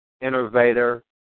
innovator